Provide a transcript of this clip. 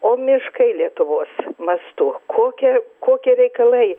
o miškai lietuvos mastu kokia kokie reikalai